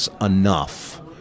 enough